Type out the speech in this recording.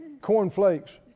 cornflakes